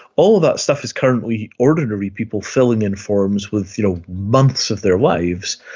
all that stuff is currently ordinary people filling in forms with you know months of their lives,